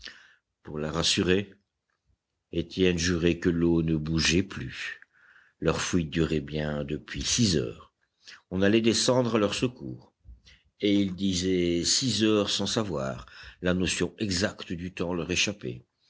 pour la rassurer étienne jurait que l'eau ne bougeait plus leur fuite durait bien depuis six heures on allait descendre à leur secours et il disait six heures sans savoir la notion exacte du temps leur échappait